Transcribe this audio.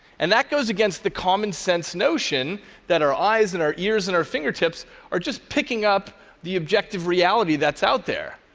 and that goes against the common sense notion that our eyes and our ears and our fingertips are just picking up the objective reality that's out there.